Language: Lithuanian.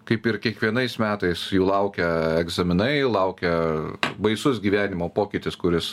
kaip ir kiekvienais metais jų laukia egzaminai laukia baisus gyvenimo pokytis kuris